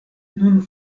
nun